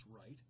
right